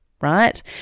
right